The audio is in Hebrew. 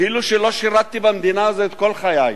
כאילו לא שירתּי במדינה הזאת כל חיי.